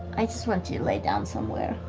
i just want to lay down somewhere.